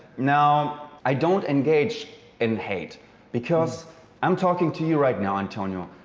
now, i don't engage in hate because i'm talking to you right now, antonio.